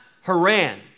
Haran